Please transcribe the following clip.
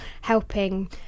helping